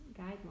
guidelines